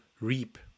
reap